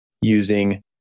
using